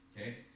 okay